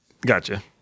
Gotcha